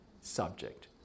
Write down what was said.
subject